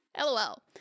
lol